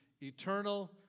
eternal